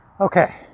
okay